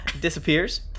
disappears